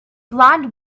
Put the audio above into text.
blond